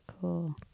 cool